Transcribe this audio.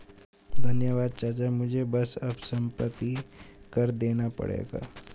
धन्यवाद चाचा मुझे बस अब संपत्ति कर देना पड़ेगा